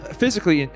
physically